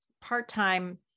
part-time